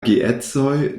geedzoj